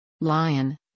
Lion